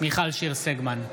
מיכל שיר סגמן,